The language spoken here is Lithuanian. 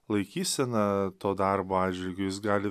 laikysena to darbo atžvilgiu jis gali